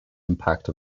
impact